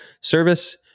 service